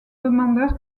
demandeur